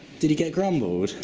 did he get grumbled?